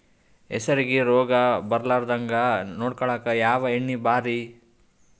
ಹೆಸರಿಗಿ ರೋಗ ಬರಲಾರದಂಗ ನೊಡಕೊಳುಕ ಯಾವ ಎಣ್ಣಿ ಭಾರಿ?